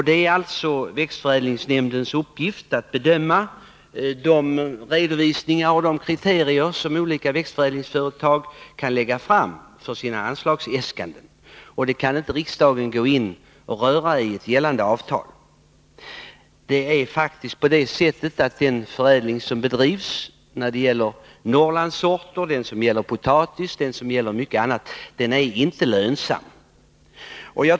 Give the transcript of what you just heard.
Det är växtförädlingsnämndens uppgift att bedöma de redovisningar och kriterier som olika växtförädlingsföretag kan lägga fram för sina anslagsäskanden. Riksdagen kan inte gå in och röra i gällande avtal. Den förädling som bedrivs när det gäller Norrlandssorter, potatis och mycket annat är faktiskt inte lönsam.